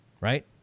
right